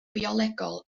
biolegol